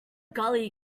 gully